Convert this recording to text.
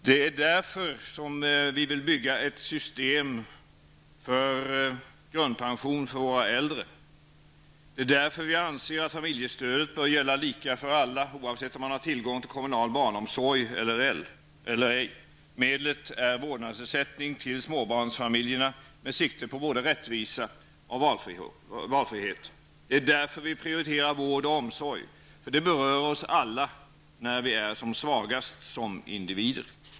Det är därför vi vill bygga ett system med grundpension för våra äldre. Det är därför vi anser att familjestödet bör gälla lika för alla, oavsett om man har tillgång till kommunal barnomsorg eller ej. Medlet är vårdnadsersättning till småbarnsfamiljerna med sikte på både rättvisa och valfrihet. Det är därför vi prioriterar vård och omsorg, för det berör oss alla när vi är som svagast som individer.